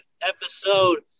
episode